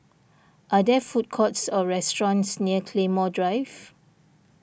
are there food courts or restaurants near Claymore Drive